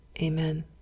amen